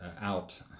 out